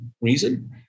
reason